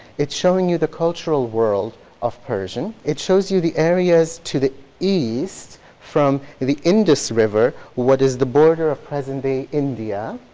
it's showing you the cultural world of persian. it shows you the areas to the east from the the indus river, what is the border of present-day india,